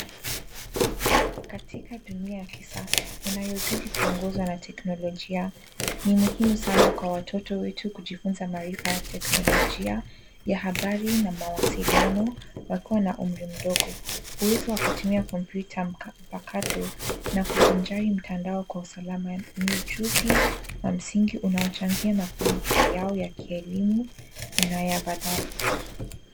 Katika dunia ya kisasa inayozidi kuongozwa na teknolojia, ni muhimu sana kwa watoto wetu kujifunza maarifa ya teknolojia ya habari na mawasiliano wakiwa na umri mdogo. Uwezo wa kutumia kompyuta mpakato na kuvinjari mtandao kuwasiliana ni ujuzi wa msingi unaochangia mafanikio yao ya kielimu na ya baadaye.